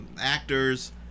actors